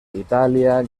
itàlia